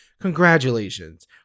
congratulations